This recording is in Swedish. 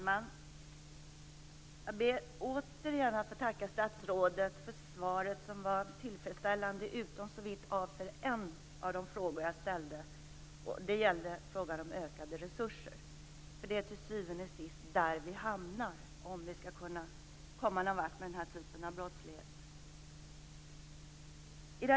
Herr talman! Jag ber återigen att få tacka statsrådet för svaret, som var tillfredsställande utom såvitt avser en av de frågor jag ställde, nämligen frågan om ökade resurser. Det är till syvende och sist där vi hamnar om vi skall kunna komma någon vart med den här typen av brottslighet.